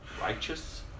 Righteous